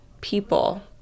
people